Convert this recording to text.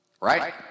Right